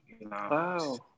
Wow